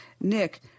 Nick